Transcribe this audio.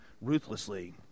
ruthlessly